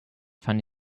funny